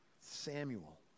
Samuel